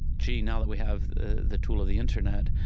gee, now that we have the the tool of the internet,